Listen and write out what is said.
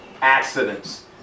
accidents